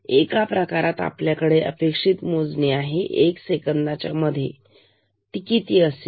एका प्रकारात आपल्याकडे अपेक्षित मोजणी आहे एक सेकंदाचा मध्ये ती किती असेल